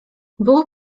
było